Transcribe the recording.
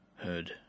heard